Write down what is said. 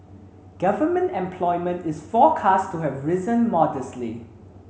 government employment is forecast to have risen modestly